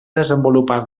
desenvolupar